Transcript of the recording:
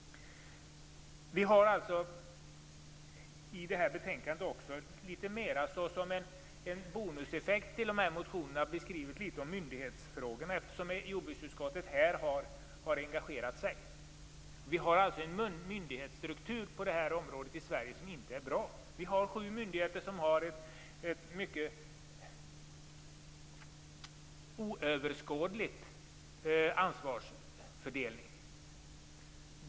Vi har i det här betänkandet, litet mer som en bonuseffekt av motionerna, också beskrivit myndighetsfrågorna litet, eftersom jordbruksutskottet har engagerat sig här. Vi har alltså en myndighetsstruktur på det här området i Sverige som inte är bra. Vi har sju myndigheter som har en mycket oöverskådlig ansvarsfördelning.